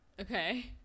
okay